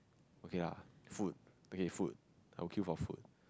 okay lah food okay food I will queue for food